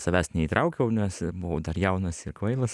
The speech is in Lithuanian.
savęs neįtraukiau nes buvau dar jaunas ir kvailas